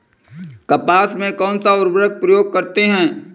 कपास में कौनसा उर्वरक प्रयोग करते हैं?